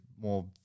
more